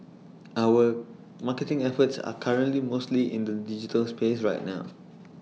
our marketing efforts are currently mostly in the digital space right now